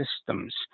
systems